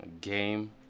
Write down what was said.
game